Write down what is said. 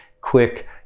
quick